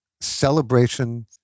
celebration